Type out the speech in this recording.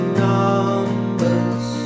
numbers